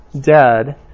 dead